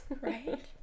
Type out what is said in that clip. Right